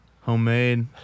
homemade